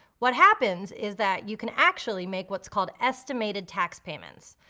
what happens is that you can actually make what's called estimated tax payments.